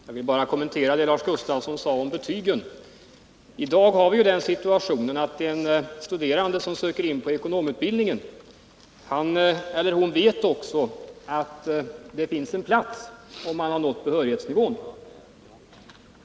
Herr talman! Jag vill bara kommentera vad Lars Gustafsson sade om betygen. I dag har vi den situationen att en studerande som söker in på ekonomutbildningen vet att det finns en plats, om han eller hon har uppnått behörighetsnivån.